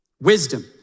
Wisdom